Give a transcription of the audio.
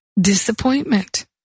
Disappointment